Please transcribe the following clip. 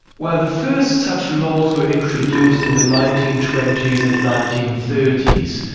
well the first such laws were introduced in the nineteen twenty s and nineteen thirty s,